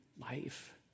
life